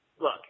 look